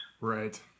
right